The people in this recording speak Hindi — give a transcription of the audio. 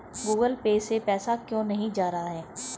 गूगल पे से पैसा क्यों नहीं जा रहा है?